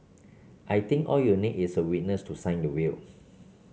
I think all you need is a witness to sign the will